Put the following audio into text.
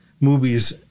movies